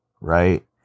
right